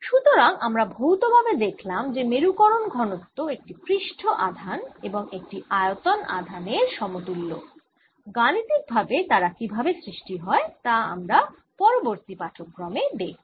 সুতরাং আমরা ভৌতভাবে দেখলাম যে মেরুকরণ ঘনত্ব একটি পৃষ্ঠ আধান এবং একটি আয়তন আধানের সমতুল্য গাণিতিকভাবে তারা কীভাবে সৃষ্টি হয় তা আমরা পরবর্তী পাঠক্রমে দেখব